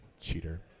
Cheater